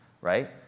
right